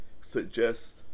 suggest